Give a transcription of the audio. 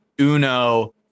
uno